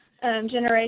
generation